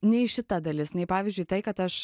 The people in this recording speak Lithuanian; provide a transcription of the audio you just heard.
nei šita dalis nei pavyzdžiui tai kad aš